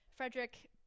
Frederick